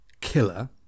killer